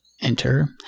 enter